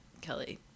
Kelly